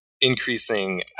increasing